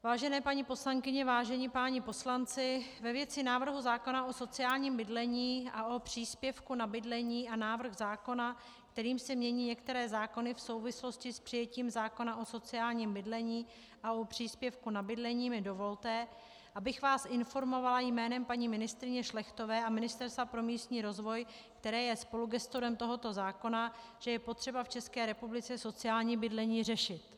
Vážené paní poslankyně, vážení páni poslanci, ve věci návrhu zákona o sociálním bydlení a o příspěvku na bydlení a návrh zákona, kterým se mění některé zákony v souvislosti s přijetím zákona o sociálním bydlení a o příspěvku na bydlení, mi dovolte, abych vás informovala jménem paní ministryně Šlechtové a Ministerstva pro místní rozvoj, které je spolugestorem tohoto zákona, že je potřeba v České republice sociální bydlení řešit.